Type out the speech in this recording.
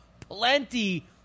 plenty